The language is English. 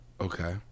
Okay